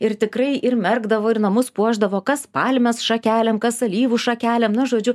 ir tikrai ir merkdavo ir namus puošdavo kas palmės šakelėm kas alyvų šakelėm žodžiu